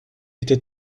était